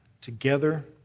together